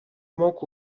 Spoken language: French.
manque